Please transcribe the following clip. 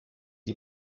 die